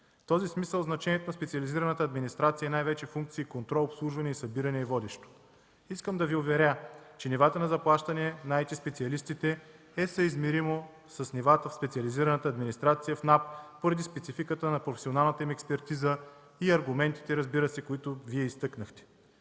този смисъл значението на специализираната администрация е най-вече функция и контрол, обслужване и събиране е водещо. Искам да Ви уверя, че нивата на заплащане на IT-специалистите е съизмеримо с нивата в специализираната администрация в НАП, поради спецификата на професионалната им експертиза и аргументите, които Вие изтъкнахте.